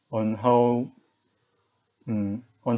on how mm on